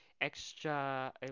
extra